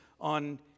on